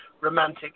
romantic